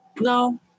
No